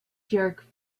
jerk